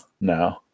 no